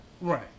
right